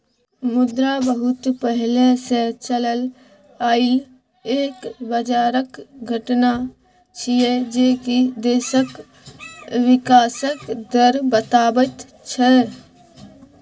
मुद्रा बहुत पहले से चलल आइल एक बजारक घटना छिएय जे की देशक विकासक दर बताबैत छै